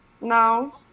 No